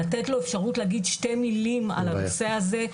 לתת לו אפשרות להגיד שתי מלים על הנושא הזה.